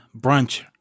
brunch